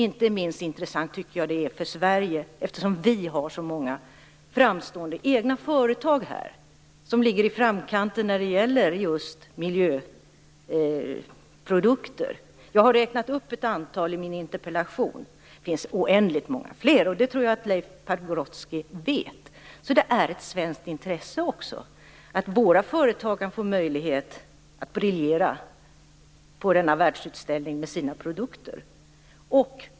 Inte minst intressant är det för Sverige, eftersom vi har så många framstående egna företag som ligger i framkanten när det gäller just miljöprodukter. Jag har räknat upp ett antal i min interpellation, och det finns oändligt många fler. Jag tror att Leif Pagrotsky vet det. Det är alltså ett svenskt intresse också att våra företag kan få möjlighet att briljera på denna världsutställning med sina produkter.